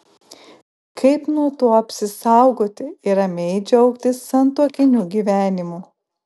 kaip nuo to apsisaugoti ir ramiai džiaugtis santuokiniu gyvenimu